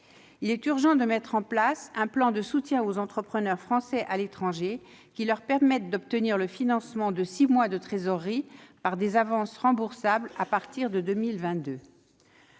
Il est urgent de mettre en place un plan de soutien aux entrepreneurs français à l'étranger qui permette à ceux-ci d'obtenir le financement de six mois de trésorerie par des avances remboursables à partir de 2022.